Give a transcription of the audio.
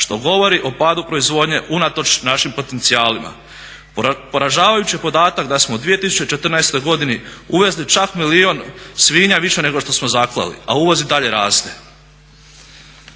što govori o padu proizvodnje unatoč našim potencijalima. Poražavajući je podatak da smo u 2014. godini uvezli čak milijun svinja više nego što smo zaklali, a uvoz i dalje raste.